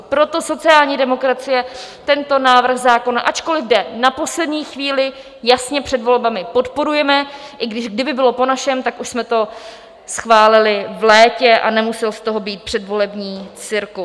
Proto sociální demokracie tento návrh zákona, ačkoliv jde na poslední chvíli, jasně, před volbami, podporuje, i když kdyby bylo po našem, tak už jsme to schválili v létě a nemusel z toho být předvolební cirkus.